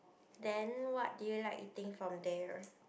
then what do you like eating from there